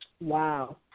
Wow